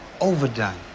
Overdone